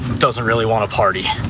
doesn't really want to party.